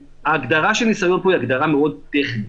ההגדרה של ניסיון פה היא הגדרה מאוד טכנית.